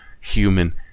human